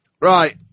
right